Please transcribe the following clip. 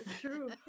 true